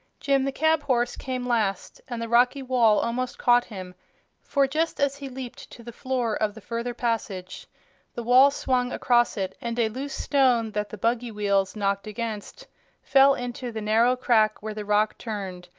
jim the cab-horse came last, and the rocky wall almost caught him for just as he leaped to the floor of the further passage the wall swung across it and a loose stone that the buggy wheels knocked against fell into the narrow crack where the rock turned,